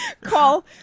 Call